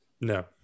No